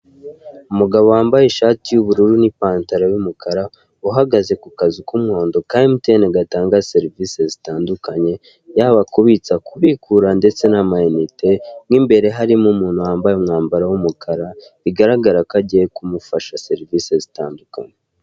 Umugabo wambaye ishati y'ubururu n'ipantaro y'umukara uhagaze ku kazu k'umuhondo ka MTN gatanga serivise zitandukanye yaba kubitsa, kubikura ndetse n'amayinite, mo imbere harimo umuntu wambaye umwambaro w'umukara bigaragara ko agiye kumufasha serivise zitandukanye.